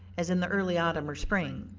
as in the early autumn or spring,